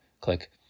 click